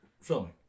filming